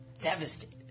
Devastated